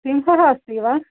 सिंहः अस्ति वा